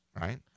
right